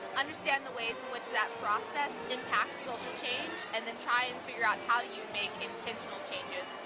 understands the ways which that process impacts social change and then try and figure out how you make intentional changes.